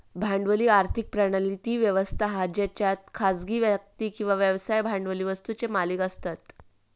भांडवली आर्थिक प्रणाली ती व्यवस्था हा जेच्यात खासगी व्यक्ती किंवा व्यवसाय भांडवली वस्तुंचे मालिक असतत